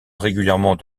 régulièrement